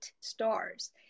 stars